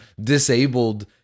disabled